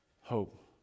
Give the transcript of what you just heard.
hope